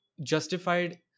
justified